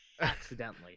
Accidentally